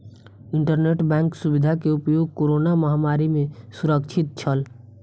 internet bank सुविधा के उपयोग कोरोना महामारी में सुरक्षित छल